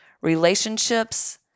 relationships